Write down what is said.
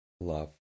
love